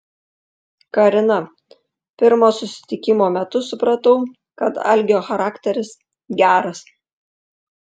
karina pirmo susitikimo metu supratau kad algio charakteris geras